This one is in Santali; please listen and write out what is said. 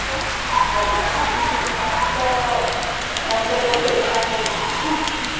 ᱟᱨ ᱵᱟᱝᱠᱷᱟᱱ ᱚᱱᱟᱫᱚ ᱚᱱᱛᱮ ᱫᱚ ᱪᱮᱫ ᱞᱮᱠᱟ ᱠᱚ ᱵᱟᱦᱟᱜ ᱠᱟᱱᱟ